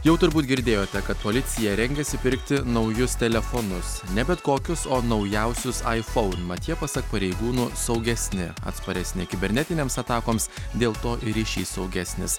jau turbūt girdėjote kad policija rengiasi pirkti naujus telefonus ne bet kokius o naujausius aifoun mat jie pasak pareigūnų saugesni atsparesni kibernetinėms atakoms dėl to ir ryšys saugesnis